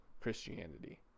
Christianity